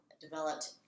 developed